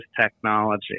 technology